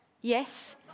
yes